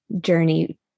journey